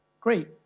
Great